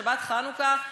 בשבת חנוכה,